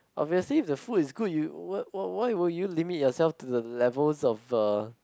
obviously the food is good you why why why would you limit yourself to the levels of uh